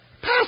Pass